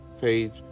page